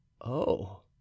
Oh